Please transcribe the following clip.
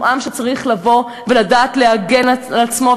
אנחנו עם שצריך לבוא ולדעת להגן על עצמו,